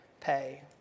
pay